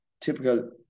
typical